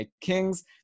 Kings